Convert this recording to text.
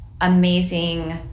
amazing